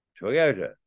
Toyota